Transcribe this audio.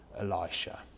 Elisha